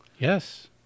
Yes